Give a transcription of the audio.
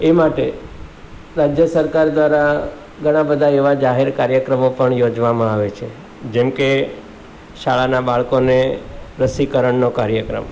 એ માટે રાજ્ય સરકાર દ્વારા ઘણા બધા એવા જાહેર કાર્યક્રમો પણ યોજવામાં આવે છે જેમ કે શાળાના બાળકોને રસીકરણનો કાર્યક્રમ